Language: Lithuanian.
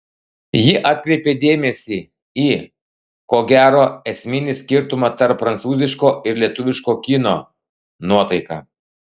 ji atkreipė dėmesį į ko gero esminį skirtumą tarp prancūziško ir lietuviško kino nuotaiką